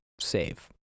save